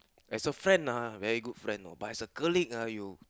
as a friend ah very good friend know but as a colleague ah you